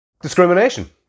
discrimination